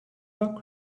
rock